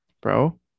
bro